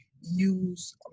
use